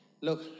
Look